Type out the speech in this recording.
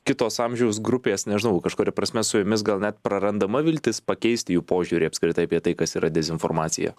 kitos amžiaus grupės nežinau kažkuria prasme su jomis gal net prarandama viltis pakeisti jų požiūrį apskritai apie tai kas yra dezinformacija